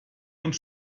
und